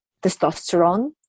testosterone